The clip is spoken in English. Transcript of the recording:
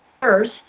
first